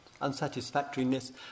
unsatisfactoriness